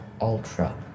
Ultra